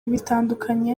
bitandukanye